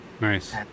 Nice